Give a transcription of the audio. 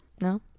No